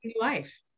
life